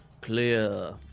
Clear